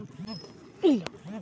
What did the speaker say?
फाफण कौन व्यवसाय कइसे करबो?